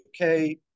okay